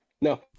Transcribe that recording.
No